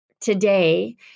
today